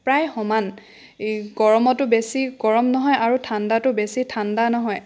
প্ৰায় সমান এই গৰমতো বেছি গৰম নহয় আৰু ঠাণ্ডাতো বেছি ঠাণ্ডা নহয়